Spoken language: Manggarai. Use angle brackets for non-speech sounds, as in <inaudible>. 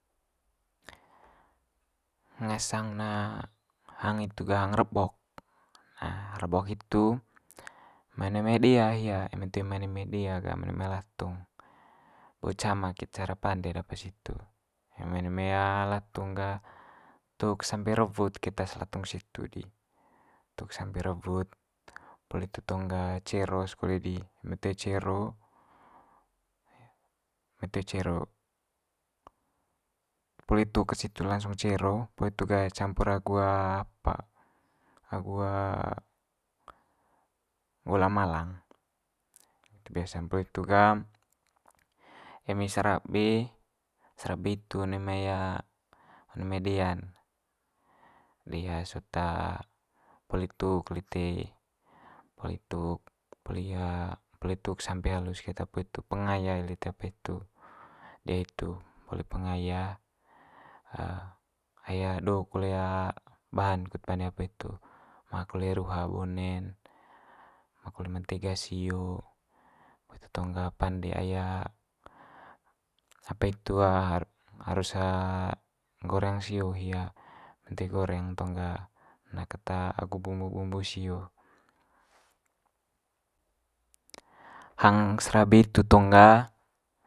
ngasang ne hang hitu ga hang rebok. Nah, rebok hitu mai one mai dea hia eme toe mai one mai dea ga mai one mai latung, bo cama kid cara pande'd apa situ. Eme one mai latung ga tuk sampe rewut keta latung situ di, tuk sampe rewut poli hitu tong ga cero's kole di eme toe cero, eme toe cero. Poli itu ket situ langsung cero, poli hitu gah campur agu apa agu gola malang nggitu biasa'n. Poli itu ga eme serabe, serabe itu one mai one mai dea'n dea sot poli tuk lite, poli tuk poli poli tuk sampe halus keta, poli itu pengaya lite apa hitu <unintelligible> poli pengaya <hesitation> ai do kole bahan kut pande apa hitu manga kole ruha bone'n, manga kole mentega sio, poli itu tong ga pande ai <unintelligible> har- harus goreng sio hia. Eme toe goreng tong ga na ket agu bumbu bumbu sio. Hang serabe itu tong ga.